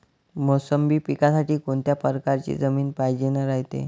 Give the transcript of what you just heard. मोसंबी पिकासाठी कोनत्या परकारची जमीन पायजेन रायते?